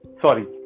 Sorry